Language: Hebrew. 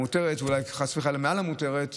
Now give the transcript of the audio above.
המותרת או אולי חס וחלילה מעל המותרת.